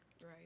Right